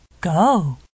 go